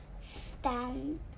stand